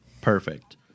Perfect